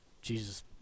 Jesus